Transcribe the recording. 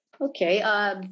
Okay